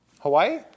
Hawaii